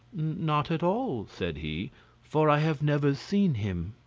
not at all, said he for i have never seen him.